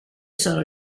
sono